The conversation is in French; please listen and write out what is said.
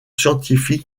scientifique